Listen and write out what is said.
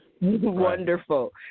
wonderful